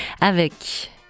avec